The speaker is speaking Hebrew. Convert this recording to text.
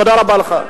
תודה רבה לך.